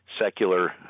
secular